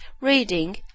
reading